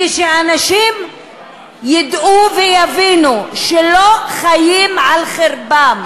כשאנשים ידעו ויבינו שלא חיים על חרבם,